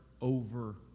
over